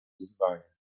wezwanie